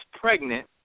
pregnant